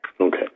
Okay